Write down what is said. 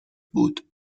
بود